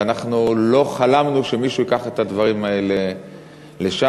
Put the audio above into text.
ואנחנו לא חלמנו שמישהו ייקח את הדברים האלה לשם.